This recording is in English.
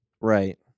Right